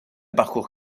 parcours